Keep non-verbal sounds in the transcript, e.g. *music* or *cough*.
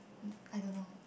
*noise* I don't know